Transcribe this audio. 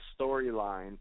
storyline